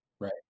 right